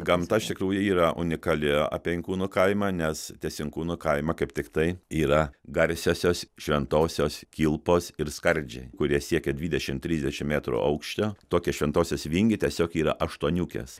gamta iš tikrųjų yra unikali ape inkūnų kaimą nes ties inkūnų kaima kaip tiktai yra garsiosios šventosios kilpos ir skardžiai kurie siekia dvidešim trisdešim metrų aukščio tokie šventosios vingiai tiesiog yra aštuoniukės